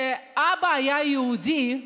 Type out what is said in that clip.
כשהאבא היה יהודי,